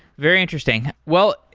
very interesting. well,